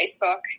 facebook